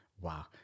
Wow